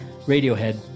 Radiohead